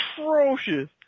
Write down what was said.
atrocious